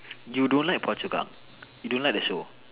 you don't like Phua-Chu-Kang you don't like the show